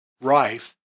Rife